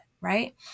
Right